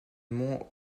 monts